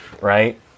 right